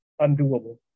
undoable